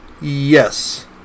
yes